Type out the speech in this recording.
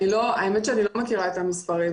אני לא מכירה את המספרים